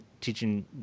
teaching